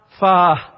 far